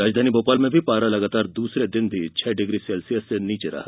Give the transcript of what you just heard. राजधानी भोपाल में भी पारा लगातार दूसरे दिन भी छह डिग्री सेल्सियस से नीचे रहा